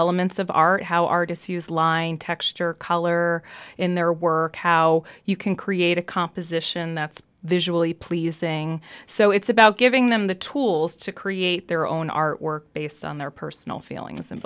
elements of art how artists use line texture color in their work how you can create a composition that's visually pleasing so it's about giving them the tools to create their own artwork based on their personal feelings and